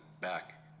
back